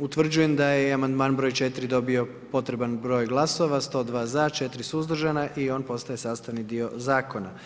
Utvrđujem da i amandman broj 4 dobio potreban broj glasova, 102 za, 4 suzdržana i on postaje sastavni dio zakona.